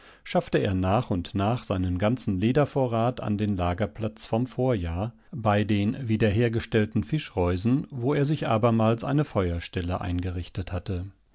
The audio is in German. schaffte er nach und nach seinen ganzen ledervorrat an den lagerplatz vom vorjahr bei den wiederhergestellten fischreusen wo er sich abermals eine feuerstelle eingerichtet hatte